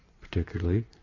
particularly